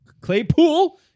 Claypool